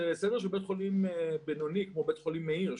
זה סדר גודל של בית חולים בינוני כמו בית חולים מאיר,